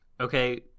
Okay